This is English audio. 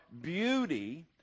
beauty